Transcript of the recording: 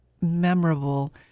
memorable